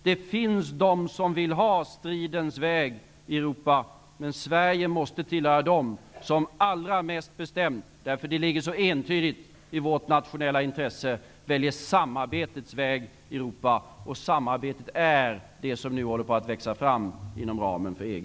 Det finns de som vill ha stridens väg i Europa. Men Sverige måste tillhöra dem som allra mest bestämt -- därför att det ligger så entydigt i vårt nationella intresse -- väljer samarbetets väg i Europa. Och samarbetet är det som nu håller på att växa fram inom ramen för EG.